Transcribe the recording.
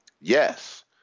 Yes